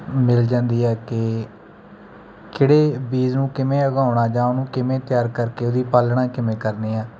ਮਿਲ ਜਾਂਦੀ ਹੈ ਕਿ ਕਿਹੜੇ ਬੀਜ਼ ਨੂੰ ਕਿਵੇਂ ਉਗਾਉਣਾ ਜਾਂ ਉਹਨੂੰ ਕਿਵੇਂ ਤਿਆਰ ਕਰਕੇ ਉਹਦੀ ਪਾਲਣਾ ਕਿਵੇਂ ਕਰਨੀ ਹੈ